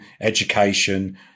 education